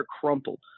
crumpled